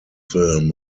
film